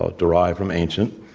ah derived from ancient,